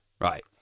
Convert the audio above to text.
right